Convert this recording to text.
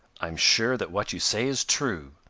i'm sure that what you say is true,